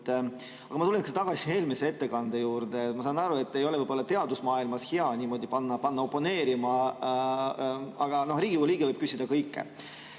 Aga ma tuleksin tagasi eelmise ettekande juurde. Ma saan aru, et ei ole võib-olla teadusmaailmas hea niimoodi panna teid oponeerima, aga Riigikogu liige võib küsida kõike.